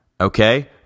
Okay